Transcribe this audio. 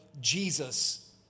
Jesus